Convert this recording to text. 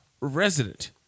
resident